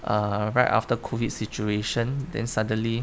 uh right after COVID situation then suddenly